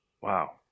Wow